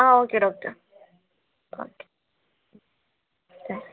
ആ okay doctor okay ശരി